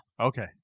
Okay